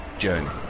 journey